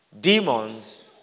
demons